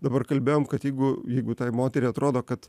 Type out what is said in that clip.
dabar kalbėjom kad jeigu jeigu tai moteriai atrodo kad